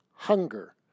hunger